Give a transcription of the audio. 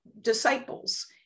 disciples